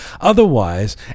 Otherwise